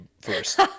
first